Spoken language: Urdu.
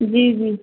جی جی